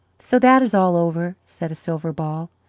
so that is all over, said a silver ball.